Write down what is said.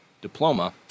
diploma